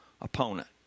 opponent